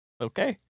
Okay